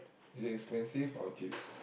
is it expensive or cheap